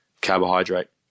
carbohydrate